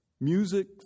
music